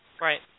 Right